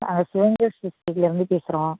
நாங்கள் saint Joseph ஸ்கூல்லருந்து பேசுகிறோம்